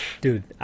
dude